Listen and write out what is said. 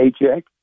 paycheck